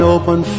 open